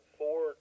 four